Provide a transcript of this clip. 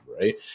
right